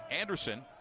Anderson